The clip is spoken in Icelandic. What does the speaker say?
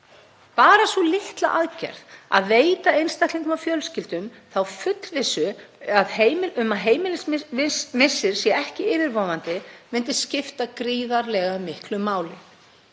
Bara sú litla aðgerð að veita einstaklingum og fjölskyldum þá fullvissu að heimilismissir sé ekki yfirvofandi myndi skipta gríðarlega miklu máli.